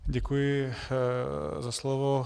Děkuji za slovo.